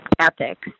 ethics